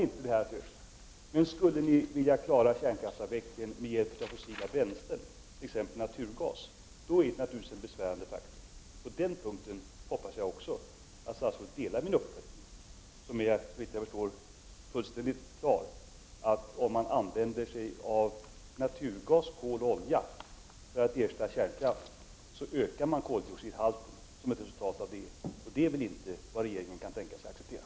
Men skulle ni vilja klara kärnkraftsavvecklingen med hjälp av fossila bränslen, t.ex. naturgas, är det naturligtvis besvärligt. På den punkten hoppas jag att statsrådet delar min uppfattning som, såvitt jag förstår, är fullständigt klar, dvs. att om man använder sig av naturgas, kol och olja, för att ersätta kärnkraften, ökar man koldioxidhalten. Det är väl inte vad regeringen kan tänka sig att acceptera?